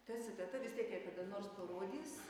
ta citata vis tiek ją kada nors parodys